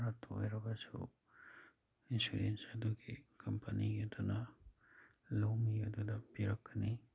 ꯈꯔꯇ ꯑꯣꯏꯔꯒꯁꯨ ꯏꯟꯁꯨꯔꯦꯟꯁ ꯑꯗꯨꯒꯤ ꯀꯝꯄꯅꯤ ꯑꯗꯨꯅ ꯂꯧꯃꯤ ꯑꯗꯨꯗ ꯄꯤꯔꯛꯀꯅꯤ